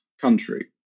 country